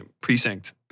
precinct